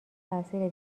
تاثیر